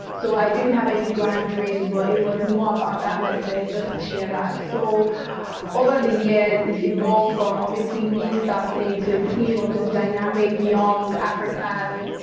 so i didn't have any grand dreams, but it was more about that message, just to share that. so over the years, it's evolved from, obviously, me starting, to a team of just dynamic young africans,